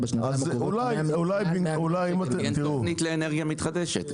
מעל --- כי אין תכנית לאנרגיה מתחדשת,